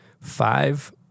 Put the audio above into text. five